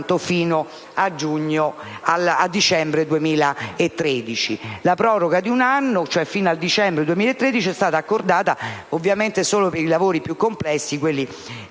(la proroga di un anno, cioè fino al dicembre 2014, è stata accordata solo per i lavori più complessi dei